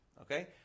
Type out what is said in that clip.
Okay